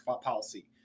policy